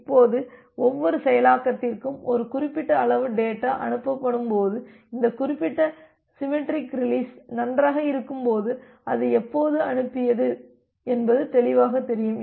இப்போது ஒவ்வொரு செயலாக்கத்திற்கும் ஒரு குறிப்பிட்ட அளவு பேட்டா அனுப்பப்படும்போது இந்த குறிப்பிட்ட சிமெட்ரிக் ரீலிஸ் நன்றாக இருக்கும்போது அது எப்போது அனுப்பியது என்பது தெளிவாகத் தெரியும்